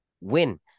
win